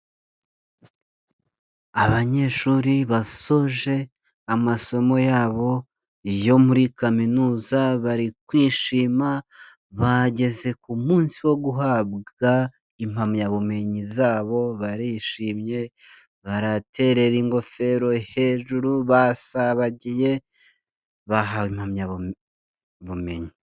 Abanyeshuri basoje amasomo yabo yo muri Kaminuza, bari kwishima, bageze ku munsi wo guhabwa impamyabumenyi zabo, barishimye baraterera ingofero hejuru, bagiye bahawe impamyabumenyi.